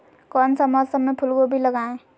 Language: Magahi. कौन सा मौसम में फूलगोभी लगाए?